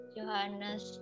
Johannes